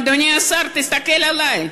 אדוני השר, תסתכל עלי.